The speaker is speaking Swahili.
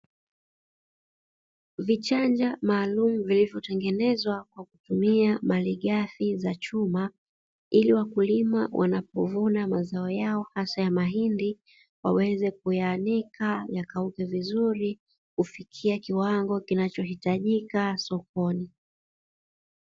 Vichanja maalum vilivotengenezwa kwa kutumia malighafi za chuma ,ili wakulima wanapovuna mazao yao hasa ya mahindi waweze kuyaanika yakauke vizuri kufikia kiwango kinachohitajika sokoni.